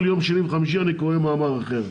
כל יום שני וחמישי אני קורא מאמר אחר.